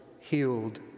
healed